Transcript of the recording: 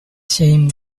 same